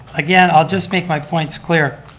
again, i'll just make my points clear.